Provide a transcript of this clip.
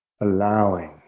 Allowing